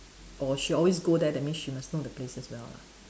or she always go there that means she must know the places well lah